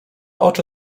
oczy